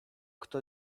kto